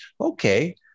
Okay